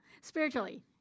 spiritually